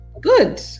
Good